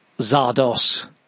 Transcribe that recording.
Zardos